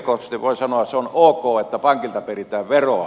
se on ok että pankilta peritään veroa